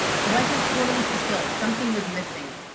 i wasn't totally fulfilled, something was missing.